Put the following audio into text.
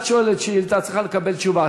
את שואלת שאילתה, את צריכה לקבל תשובה.